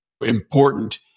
important